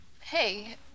Hey